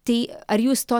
tai ar jūs to